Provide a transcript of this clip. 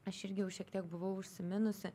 aš irgi jau šiek tiek buvau užsiminusi